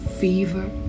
fever